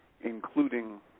including